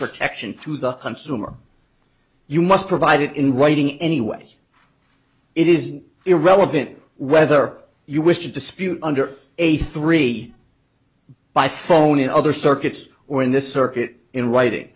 protection to the consumer you must provide it in writing anyway it is irrelevant whether you wish to dispute under a three by phone in other circuits or in this circuit in writing